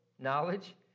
knowledge